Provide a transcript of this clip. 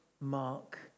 mark